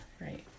Right